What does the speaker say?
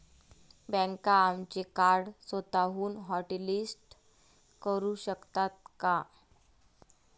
बँका आमचे कार्ड स्वतःहून हॉटलिस्ट करू शकतात का?